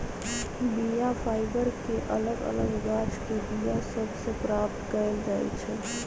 बीया फाइबर के अलग अलग गाछके बीया सभ से प्राप्त कएल जाइ छइ